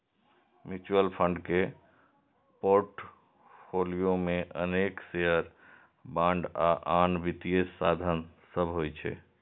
mutual fund के portfolio मे अनेक शेयर, बांड आ आन वित्तीय साधन सभ होइ छै